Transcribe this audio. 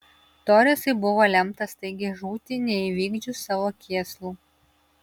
toresui buvo lemta staigiai žūti neįvykdžius savo kėslų